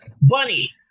bunny